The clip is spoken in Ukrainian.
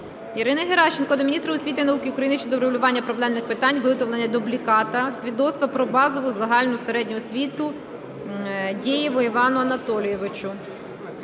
Ірини Геращенко до міністра освіти і науки України щодо врегулювання проблемних питань виготовлення дубліката свідоцтва про базову загальну середню освіту Дєєву Івану Анатолійовичу.